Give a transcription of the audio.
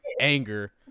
anger